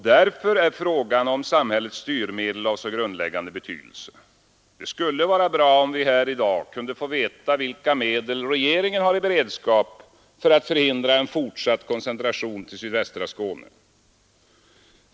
Därför är frågan om samhällets styrmedel av så grundläggande betydelse. Det skulle vara bra, om vi här i dag kunde få veta vilka medel regeringen har i beredskap för att förhindra en fortsatt koncentration till sydvästra Skåne.